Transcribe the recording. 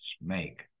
make